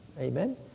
Amen